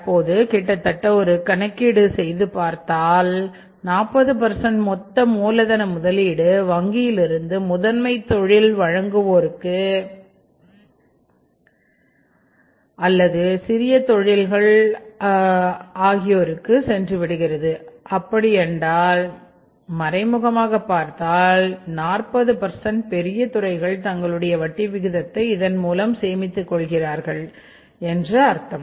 தற்போது கிட்டத்தட்ட ஒரு கணக்கீடு செய்து பார்த்தால் 40 மொத்த மூலதன முதலீடு வங்கியிலிருந்து முதன்மை தொழில்வழங்குவோர் அல்லது சிறிய தொழில்கள்செய்வோருக்கு சென்றுவிடுகிறது அப்படி என்றால் மறைமுகமாக பார்த்தால் 40 பெரிய துறைகள் தங்களுடைய வட்டி விகிதத்தை இதன் மூலம் சேமித்து கொள்கிறார்கள் என்று அர்த்தம்